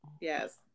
Yes